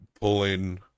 pulling